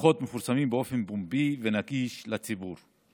הדוחות מפורסמים באופן פומבי ונגיש לציבור.